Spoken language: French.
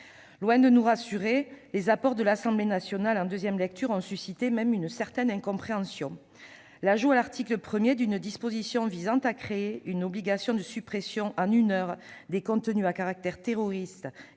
Loin de nous rassurer, les apports de nos collègues députés en deuxième lecture ont suscité une certaine incompréhension. L'ajout à l'article 1 d'une disposition visant à créer une obligation de suppression en une heure des contenus à caractère terroriste